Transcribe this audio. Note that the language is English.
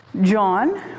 John